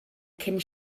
cyn